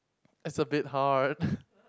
it's a bit hard